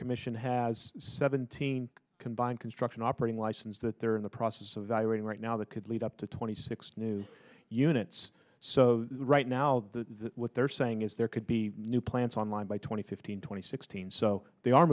commission has seventeen combined construction operating license that they're in the process of evaluating right now that could lead up to twenty six new units so right now the what they're saying is there could be new plants online by twenty fifteen twenty sixteen so they are